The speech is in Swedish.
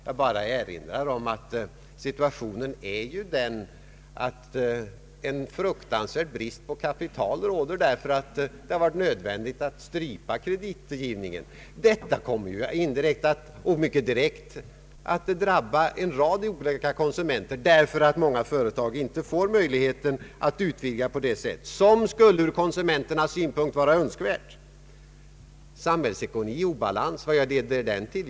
Jag erinrar bara om att situationen är sådan att vi har en fruktansvärd brist på kapital, därför att det har varit nödvändigt att strypa kreditgivningen. Detta kommer både direkt och indirekt att drabba en rad konsumenter, därför att många företag inte får möjlighet att utvidga på ett sätt som skulle ur konsumenternas synpunkt vara önskvärt. Samhällsekonomi i obalans, vad leder det till?